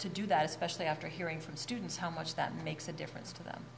to do that especially after hearing from students how much that makes a difference to them